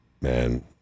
man